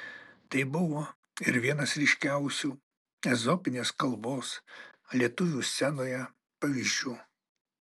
tai buvo ir vienas ryškiausių ezopinės kalbos lietuvių scenoje pavyzdžių